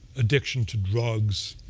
addiction to drugs,